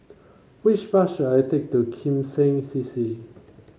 which bus should I take to Kim Seng C C